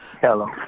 Hello